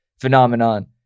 phenomenon